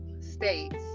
states